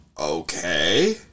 Okay